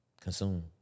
consume